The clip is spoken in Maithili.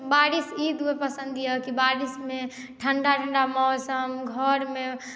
बारिश ई बहुत पसन्द यए कि बारिशमे ठण्ढा ठण्ढा मौसम घरमे